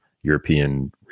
European